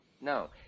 No